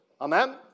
Amen